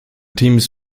teams